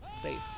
safe